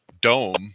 Dome